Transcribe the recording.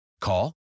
Call